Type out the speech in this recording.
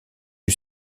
eut